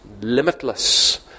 limitless